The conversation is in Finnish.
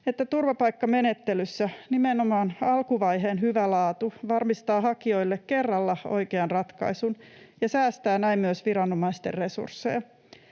että turvapaikkamenettelyssä nimenomaan alkuvaiheen hyvä laatu varmistaa hakijoille kerralla oikean ratkaisun ja säästää näin myös viranomaisten resursseja.